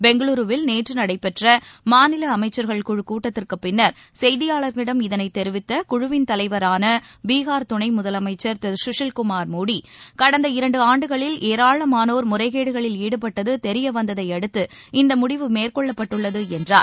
பெங்களூருவில் குழு கூட்டத்திற்குப் பின்னர் செய்தியாளர்களிடம் இதனைத் தெரிவித்தகுழுவின் தலைவரானபீஹார் துணைமுதலமைச்சர் திருசுஷில்குமார் மோடி கடந்த இரண்டுஆண்டுகளில் ஏராளமானோர் முறைகேடுகளில் ஈடுபட்டதுதெரியவந்ததையடுத்து இந்தமுடிவு மேற்கொள்ளப்பட்டுள்ளதுஎன்றார்